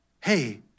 hey